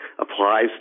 applies